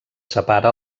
separa